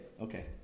okay